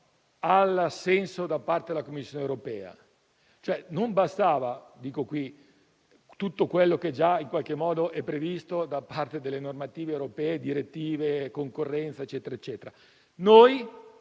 all'assenso da parte della Commissione europea. Non bastava tutto quello che già in qualche modo è previsto da parte delle normative europee, dalle direttive sulla concorrenza, ma il